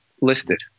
listed